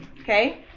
Okay